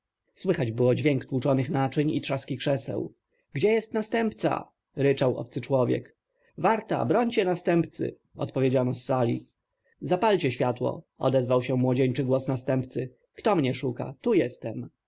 słychać było dźwięk tłuczonych naczyń i trzask krzeseł gdzie jest następca ryczał obcy człowiek warta brońcie następcy odpowiedziano z sali zapalcie światło odezwał się młodzieńczy głos następcy kto mnie szuka tu jestem